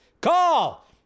Call